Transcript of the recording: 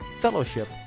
fellowship